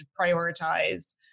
prioritize